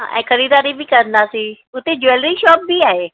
ऐं ख़रीदारी बि कंदासीं हुते ज्वेलरी शॉपस बि आहे